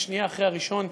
ושנייה אחרי הראשון,